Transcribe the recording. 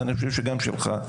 ואני חושב שגם שלך,